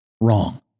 Wrong